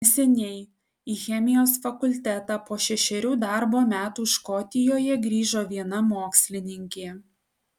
neseniai į chemijos fakultetą po šešerių darbo metų škotijoje grįžo viena mokslininkė